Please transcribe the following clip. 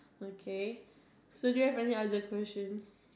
okay so do have any other questions